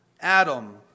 Adam